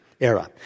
era